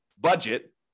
budget